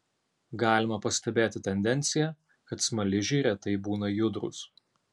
galima pastebėti tendenciją kad smaližiai retai būna judrūs